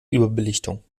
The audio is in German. überbelichtung